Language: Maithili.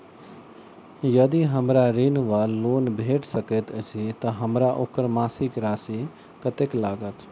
यदि हमरा ऋण वा लोन भेट सकैत अछि तऽ हमरा ओकर मासिक राशि कत्तेक लागत?